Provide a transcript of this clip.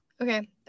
okay